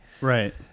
Right